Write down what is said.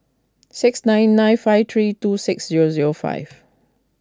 six nine nine five three two six zero zero five